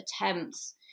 attempts